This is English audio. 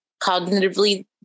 cognitively